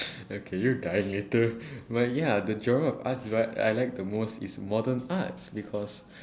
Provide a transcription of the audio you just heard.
okay you're dying later but ya the genre of arts I I like the most is modern arts because